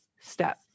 step